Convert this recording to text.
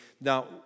now